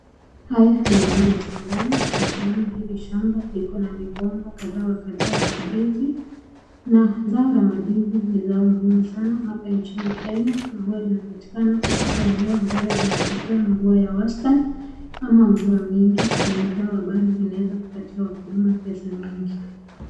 Haya ni maene mvua mingi na ni o ya shambani, na tunaona hili shamba likona migomba kadhawa kadha ya mandizi, na zao la mandizi ni zao muhimu sana hapa nchini Kenya na uwa linapatikana katika eneo ambalo linapokea mvua ya wastan , amazao ambalo zinaweza kuwapatia wakulima pesa mingi.